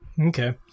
Okay